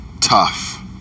tough